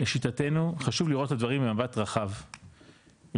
לשיטתנו חשוב לראות את הדברים במבט רחב ולהסתכל